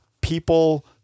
people